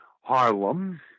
Harlem